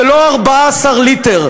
ולא 14 ליטר.